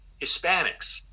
Hispanics